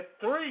three